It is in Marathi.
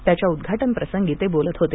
त्याच्या उद्घाटनप्रसंगी ते बोलत होते